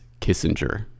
Kissinger